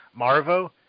Marvo